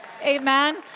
Amen